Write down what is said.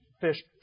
fish